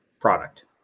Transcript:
product